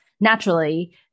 naturally